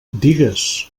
digues